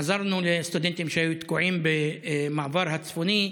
עזרנו לסטודנטים שהיו תקועים במעבר הצפוני.